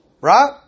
Right